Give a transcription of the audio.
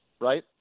Right